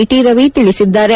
T Ravi ತಿಳಿಸಿದ್ದಾರೆ